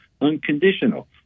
unconditional